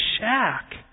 shack